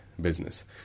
Business